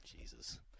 Jesus